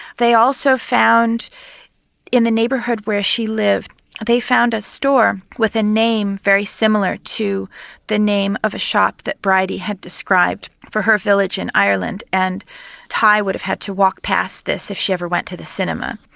they also found in the neighbourhood where she lived they found a store with a name very similar to the name of a shop that bridey had described for her village in ireland and tighe would have had to walk past this if she ever went to the cinema.